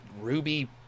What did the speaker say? ruby